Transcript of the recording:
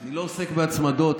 אני לא עוסק בהצמדות.